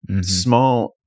Small